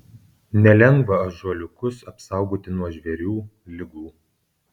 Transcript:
nelengva ąžuoliukus apsaugoti nuo žvėrių ligų